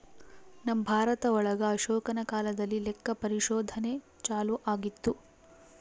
ನಮ್ ಭಾರತ ಒಳಗ ಅಶೋಕನ ಕಾಲದಲ್ಲಿ ಲೆಕ್ಕ ಪರಿಶೋಧನೆ ಚಾಲೂ ಆಗಿತ್ತು